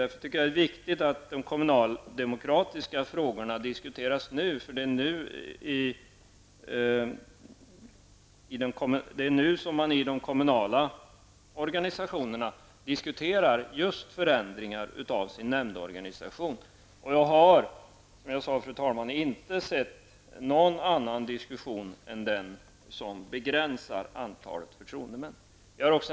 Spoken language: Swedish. Det är därför viktigt att de kommunaldemokratiska frågorna nu diskuteras, och man diskuterar i de kommunala organisationerna just förändringar av nämndorganisationen. Som jag tidigare sade har jag, fru talman, inte hört något annat diskuteras än att begränsa antalet förtroendemän.